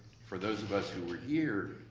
for those of us who were here,